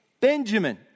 Benjamin